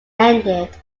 ended